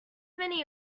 many